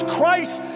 Christ